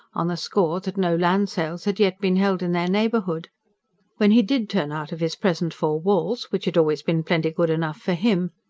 on the score that no land-sales had yet been held in their neighbourhood when he did turn out of his present four walls, which had always been plenty good enough for him,